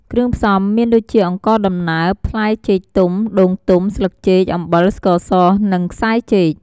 គ្រឿងផ្សំមានដូចជាអង្ករដំណើប ផ្លែចេកទុំ ដូងទុំ ស្លឹកចេក អំបិល ស្ករស និងខ្សែចេក។